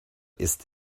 ist